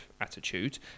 attitude